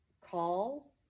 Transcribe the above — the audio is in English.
call